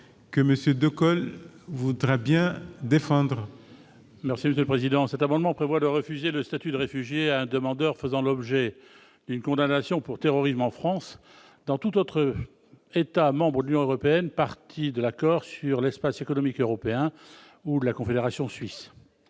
à M. Jean-Pierre Decool. Cet amendement vise à permettre de refuser le statut de réfugié à un demandeur ayant fait l'objet d'une condamnation pour terrorisme en France, dans tout autre État membre de l'Union européenne, partie de l'accord sur l'Espace économique européen ou de la Confédération suisse.